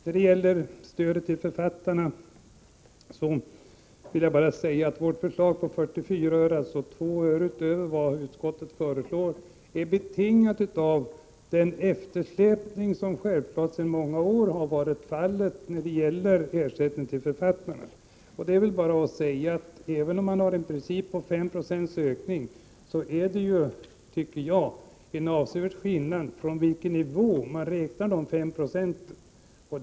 När det gäller stödet till författarna vill jag bara säga att vårt förslag på 44 öre, alltså 2 öre utöver vad utskottet föreslår, är betingat av den eftersläpning som finns sedan många år. Även om man har en princip om 5 96 ökning, blir det en avsevärd skillnad beroende på från vilken nivå man räknar dessa 5 90.